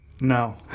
No